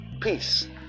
Peace